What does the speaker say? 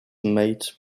mate